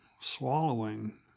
swallowing